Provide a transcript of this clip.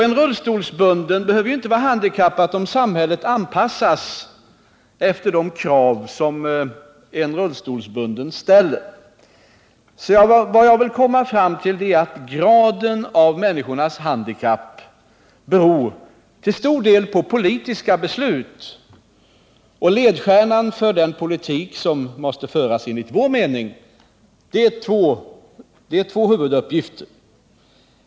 En rullstolsbunden behöver inte vara handikappad om samhället anpassas efter de krav en rullstolsbunden ställer. Vad jag vill komma fram till är att graden av människornas handikapp till stor del beror på politiska beslut. Två huvuduppgifter bildar ledstjärna för den politik som enligt vår mening måste föras.